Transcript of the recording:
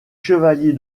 chevalier